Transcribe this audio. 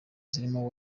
zirimo